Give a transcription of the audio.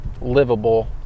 livable